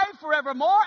forevermore